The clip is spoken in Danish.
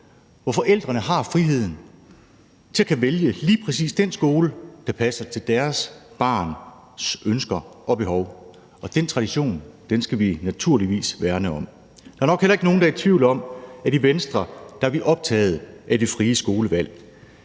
hvor forældrene har friheden til at kunne vælge lige præcis den skole, der passer til deres barns ønsker og behov, og den tradition skal vi naturligvis værne om. Der er nok heller ikke nogen, der er i tvivl om, at vi i Venstre er optaget af det frie skolevalg.